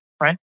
right